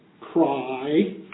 cry